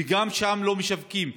וגם שם לא משווקים,